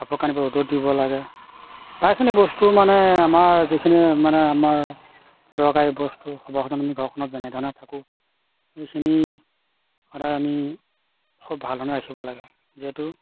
কাপোৰ কানিবোৰ ৰ'দত দিব লাগে প্ৰায়খিনি বস্তু মানে আমাৰ যিখিনি মানে আমাৰ দৰকাৰী বস্তু সৰ্বসাধাৰণতে আমি ঘৰখনত যেনেধৰণে থাকোঁ সেইখিনি সদায় আমি খুব ভাল ধৰণে ৰাখিব লাগে যিহেতু